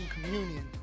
communion